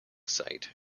site